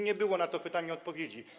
Nie było na to pytanie odpowiedzi.